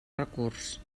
recurs